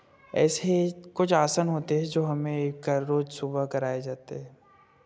ऐसे ही कुछ आसन होते है जो हमें रोज सुबह कराए जाते हैं